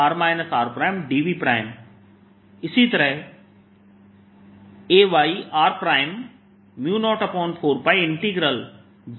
dV इसी तरह Ayr 04πjyr